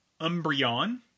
Umbreon